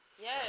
Yes